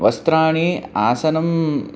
वस्त्राणि आसनं